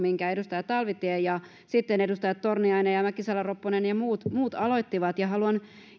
minkä edustaja talvitie ja sitten edustajat torniainen ja mäkisalo ropponen ja muut muut aloittivat ja haluan